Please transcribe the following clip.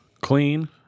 clean